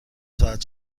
ساعت